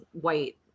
white